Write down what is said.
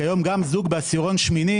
כי היום גם זוג בעשירון שמיני